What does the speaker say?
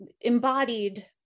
embodied